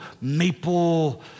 maple